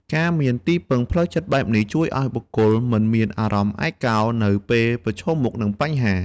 ការមានទីពឹងផ្លូវចិត្តបែបនេះ ជួយឱ្យបុគ្គលមិនមានអារម្មណ៍ឯកោនៅពេលប្រឈមមុខនឹងបញ្ហា។